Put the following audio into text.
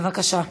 בבקשה.